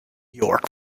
york